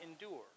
endure